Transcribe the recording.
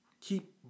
keep